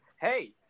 hey